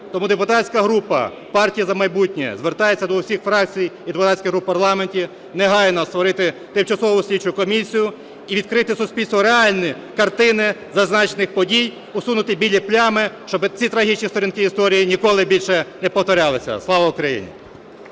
Тому депутатська група "Партія "За майбутнє" звертається до всіх фракцій і депутатських груп у парламенті негайно створити Тимчасову слідчу комісію і відкрити суспільству реальні картини зазначених подій, усунути білі плями, щоб ці стратегічні сторінки історії ніколи більше не повторювалися. Слава Україні!